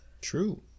True